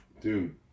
Dude